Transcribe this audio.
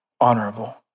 honorable